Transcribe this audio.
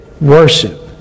worship